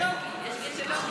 --- אל תצחקו איתו.